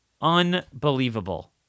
Unbelievable